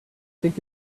think